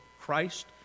Christ